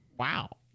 Wow